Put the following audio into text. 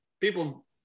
people